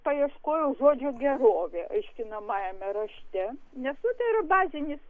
paieškojau žodžio gerovė aiškinamajame rašte nes nu tai yra bazinis